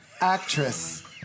Actress